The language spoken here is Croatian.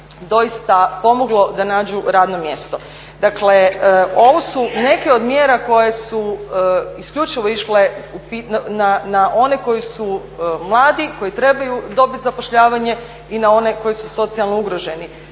doista pomoglo da nađu radno mjesto. Dakle ovo su neke od mjera koje su isključivo išle na one koji su mladi, koji trebaju dobit zapošljavanje i na one koji su socijalno ugroženi.